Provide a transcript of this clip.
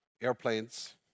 airplanes